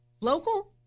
local